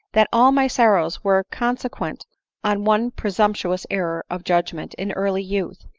that all my sorrows were consequent on one presumptuous error of judgment in early youth,